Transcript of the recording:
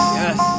yes